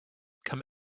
come